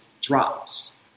drops